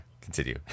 continue